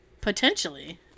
Potentially